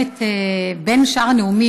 בין שאר הנואמים,